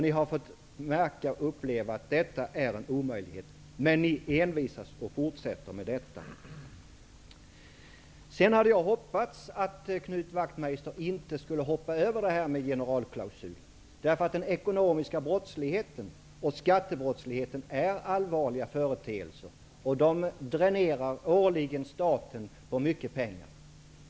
Ni har nu fått uppleva att detta är en omöjlighet. Men ni envisas och fortsätter med dessa löften. Jag hoppades att Knut Wachtmeister inte skulle hoppa över frågan om generalklausulen. Den ekonomiska brottsligheten och skattebrottsligheten är allvarliga företeelser. Denna brottslighet dränerar årligen staten på mycket pengar.